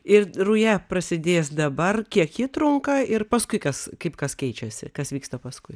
ir ruja prasidės dabar kiek ji trunka ir paskui kas kaip kas keičiasi kas vyksta paskui